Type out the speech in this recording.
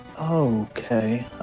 okay